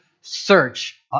search